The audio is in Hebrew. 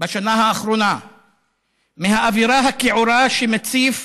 בשנה האחרונה מהאווירה הכעורה שמציף